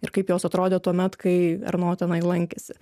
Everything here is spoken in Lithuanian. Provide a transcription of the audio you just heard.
ir kaip jos atrodė tuomet kai erno tenai lankėsi